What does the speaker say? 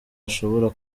ashobora